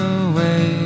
away